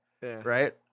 Right